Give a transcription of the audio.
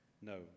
No